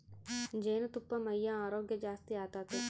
ಜೇನುತುಪ್ಪಾ ಮೈಯ ಆರೋಗ್ಯ ಜಾಸ್ತಿ ಆತತೆ